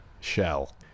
shell